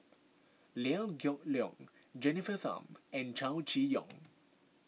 Liew Geok Leong Jennifer Tham and Chow Chee Yong